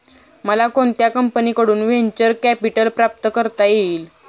मला कोणत्या कंपनीकडून व्हेंचर कॅपिटल प्राप्त करता येईल?